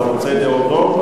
אבל אתה רוצה להודות,